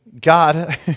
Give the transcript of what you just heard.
God